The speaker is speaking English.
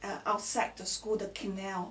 and outside the school the canal